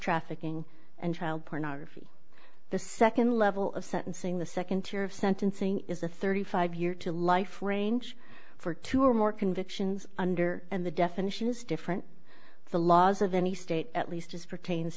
trafficking and child pornography the nd level of sentencing the nd tier of sentencing is the thirty five year to life range for two or more convictions under and the definition is different the laws of any state at least as pertains